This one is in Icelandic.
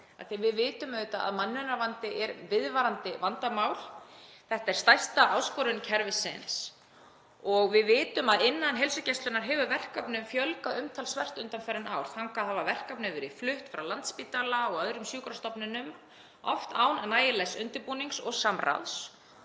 vitum auðvitað að mönnunarvandi er viðvarandi vandamál. Þetta er stærsta áskorun kerfisins og við vitum að innan heilsugæslunnar hefur verkefnum fjölgað umtalsvert undanfarin ár. Þangað hafa verkefni verið flutt frá Landspítala og öðrum sjúkrastofnunum, oft án nægilegs undirbúnings og samráðs